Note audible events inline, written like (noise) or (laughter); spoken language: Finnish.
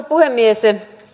(unintelligible) puhemies